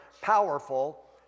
powerful